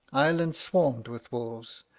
ireland swarmed with wolves,